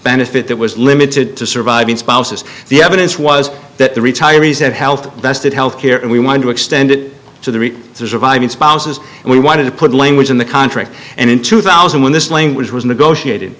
benefit that was limited to surviving spouses the evidence was that the retirees have health vested health care and we wanted to extend it to the rich surviving spouses and we wanted to put language in the contract and in two thousand when this language was negotiated